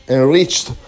enriched